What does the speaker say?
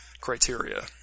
criteria